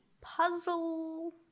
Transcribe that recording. puzzle